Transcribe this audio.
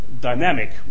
dynamic